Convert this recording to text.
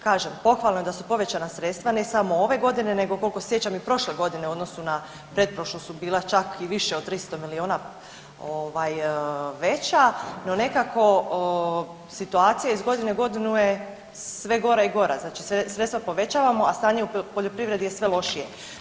Kažem, pohvalno je da su povećanja sredstva ne samo ove godine nego koliko se sjećam i prošle godine u odnosu na pretprošlu su bila čak i više od 300 milijuna veća, no nekako situacija iz godine u godinu je sve gora i gora, znači sredstva povećavamo, a stanje u poljoprivredi je sve lošije.